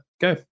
Go